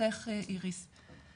ברשותך איריס,